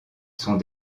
sont